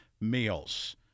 meals